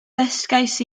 dysgais